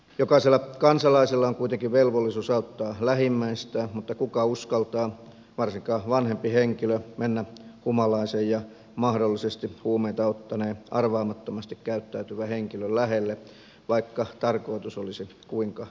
jokaisella kansalaisella on kuitenkin velvollisuus auttaa lähimmäistään mutta kuka uskaltaa varsinkaan vanhempi henkilö mennä humalaisen ja mahdollisesti huumeita ottaneen arvaamattomasti käyttäytyvän henkilön lähelle vaikka tarkoitus olisi kuinka perusteltu